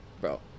Bro